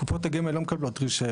קופות הגמל לא מקבלות רישיון.